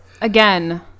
again